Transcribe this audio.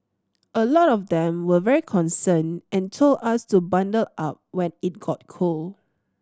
a lot of them were very concerned and told us to bundle up when it got cold